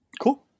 Cool